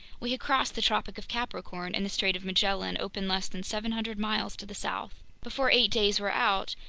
we had crossed the tropic of capricorn, and the strait of magellan opened less than seven hundred miles to the south. before eight days were out,